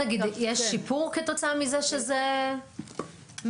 נגיד, שם יש שיפור כתוצאה מזה שזה ממוקד?